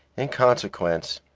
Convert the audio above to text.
in consequence,